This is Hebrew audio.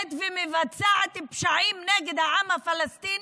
שמנוהלת ומבצעת פשעים נגד העם הפלסטיני,